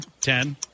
Ten